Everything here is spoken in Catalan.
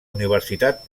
universitat